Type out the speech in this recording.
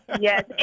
Yes